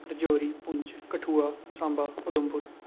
Rajouri Poonch Kathua Samba Udhampur